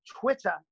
Twitter